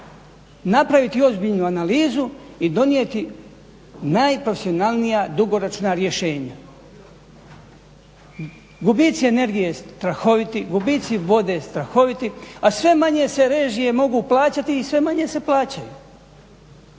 napraviti ozbiljnu analizu i donijeti najprofesionalnija dugoročna rješenja. Gubici energije strahoviti, gubici vode strahoviti, a sve manje se režije mogu plaćati i sve manje se plaćaju.